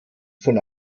von